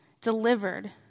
delivered